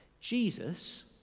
Jesus